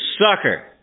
sucker